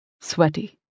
sweaty